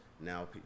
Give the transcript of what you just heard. Now